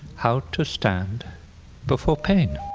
how to stand before pain